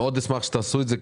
אשמח מאוד שתעשו את זה.